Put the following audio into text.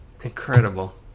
Incredible